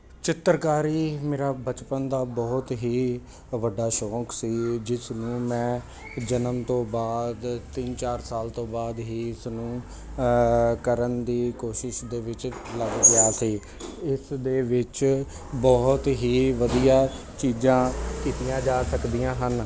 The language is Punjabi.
ਚਿੱਤਰਕਾਰੀ ਮੇਰਾ ਬਚਪਨ ਦਾ ਬਹੁਤ ਹੀ ਵੱਡਾ ਸ਼ੌਂਕ ਸੀ ਜਿਸ ਨੂੰ ਮੈਂ ਜਨਮ ਤੋਂ ਬਾਅਦ ਤਿੰਨ ਚਾਰ ਸਾਲ ਤੋਂ ਬਾਅਦ ਹੀ ਇਸ ਨੂੰ ਕਰਨ ਦੀ ਕੋਸ਼ਿਸ਼ ਦੇ ਵਿੱਚ ਲੱਗ ਗਿਆ ਸੀ ਇਸ ਦੇ ਵਿੱਚ ਬਹੁਤ ਹੀ ਵਧੀਆ ਚੀਜ਼ਾਂ ਕੀਤੀਆਂ ਜਾ ਸਕਦੀਆਂ ਹਨ